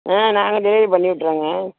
ஆ நாங்கள் டெலிவரி பண்ணி விட்றோங்க